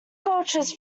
cultures